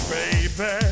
Baby